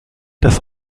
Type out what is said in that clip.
dass